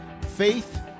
faith